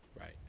right